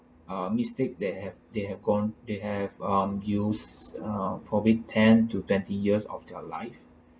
ah mistakes they have they have gone they have um use uh probably ten to twenty years of their life